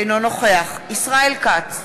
אינו נוכח ישראל כץ,